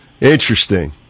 Interesting